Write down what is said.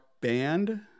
band